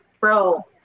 bro